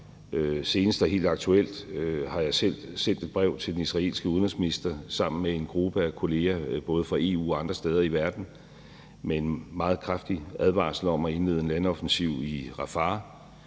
Senest og helt aktuelt har jeg selv sendt et brev til den israelske udenrigsminister sammen med en gruppe af kolleger både fra EU og andre steder i verden med en meget kraftig advarsel om at indlede en landoffensiv i Rafah.